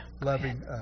loving